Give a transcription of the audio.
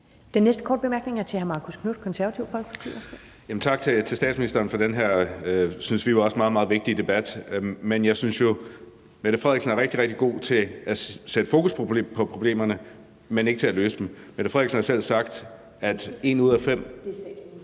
Den næste korte bemærkning er til hr. Marcus Knuth, Det Konservative Folkeparti. Værsgo. Kl. 10:16 Marcus Knuth (KF): Tak til statsministeren for den her – synes vi jo også – meget, meget vigtige debat, og jeg synes jo, Mette Frederiksen er rigtig, rigtig god til at sætte fokus på problemerne, men ikke til at løse dem. Mette Frederiksen har selv sagt, at en ud af fem ...